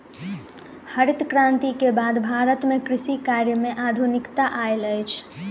हरित क्रांति के बाद भारत में कृषि कार्य में आधुनिकता आयल अछि